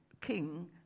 king